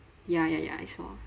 ya ya ya I saw